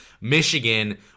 Michigan